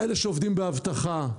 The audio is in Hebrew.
אלה שעובדים באבטחה.